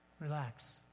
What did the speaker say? Relax